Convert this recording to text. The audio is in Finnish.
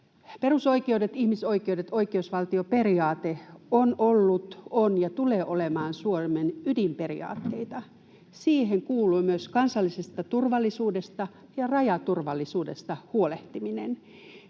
Perusoikeudet, ihmisoikeudet, oikeusvaltioperiaate on ollut, on ja tulee olemaan Suomen ydinperiaatteita. Siihen kuuluu myös kansallisesta turvallisuudesta ja rajaturvallisuudesta huolehtiminen.